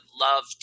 love